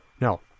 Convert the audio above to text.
No